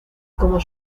como